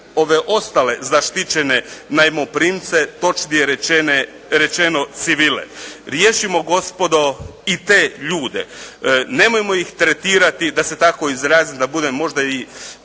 ove ostale zaštićene najmoprimce, točnije rečeno civile. Riješimo gospodo i te ljude, nemojmo ih tretirati da se tako izrazim, da budem možda